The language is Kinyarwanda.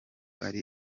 ari